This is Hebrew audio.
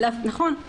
נכון.